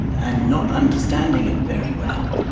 and not understanding it very well.